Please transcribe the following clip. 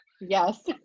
yes